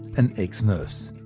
an ex-nurse.